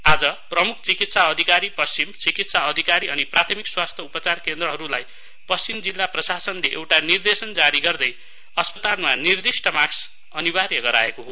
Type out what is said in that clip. आज प्रमुख चिकित्सा अधिकारी पश्चिम चिकित्सा अधिकारी अनि प्राथमिक स्वास्थ्य उपचार केन्द्रहरूलाई पश्चिम जिल्ला प्रशासनले एउटा निर्देशन जारी गर्दै अस्पतालमा निर्दिष्ट मास्क अनिवार्य गराएको हो